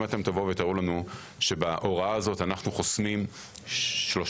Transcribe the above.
אם תראו לנו שבהוראה הזאת אנחנו חוסמים 30%,